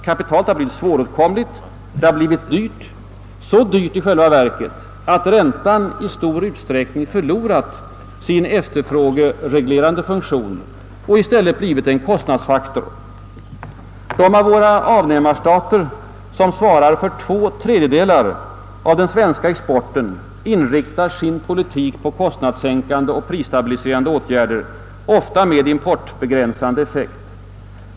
Kapitalet har blivit svåråtkomligt och dyrt, så dyrt i själva verket att räntan i stor utsträckning förlorat sin efterfrågereglerande funktion och i stället blivit en kostnadsfaktor. De av våra avnämarstater som svarar för två tredjedelar av den svenska exporten inriktar sin politik på kostnadssänkande och prisstabiliserande åtgärder, ofta med importbegränsande effekt.